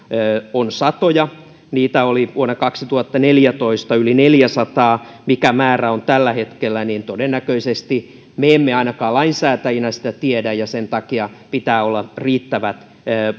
on satoja niitä oli vuonna kaksituhattaneljätoista yli neljäsataa mikä määrä on tällä hetkellä sitä todennäköisesti me emme ainakaan lainsäätäjinä tiedä ja sen takia pitää olla riittävät